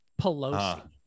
pelosi